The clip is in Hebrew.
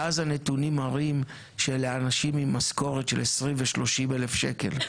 ואז הנתונים מראים שלאנשים עם משכורת של 20,000 ו-30,000 שקלים,